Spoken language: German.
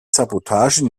sabotage